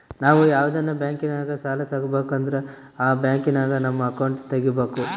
ನಾವು ಯಾವ್ದನ ಬ್ಯಾಂಕಿನಾಗ ಸಾಲ ತಾಬಕಂದ್ರ ಆ ಬ್ಯಾಂಕಿನಾಗ ನಮ್ ಅಕೌಂಟ್ ತಗಿಬಕು